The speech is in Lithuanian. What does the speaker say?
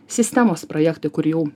sistemos projektai kur jau